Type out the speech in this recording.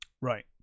Right